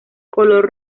color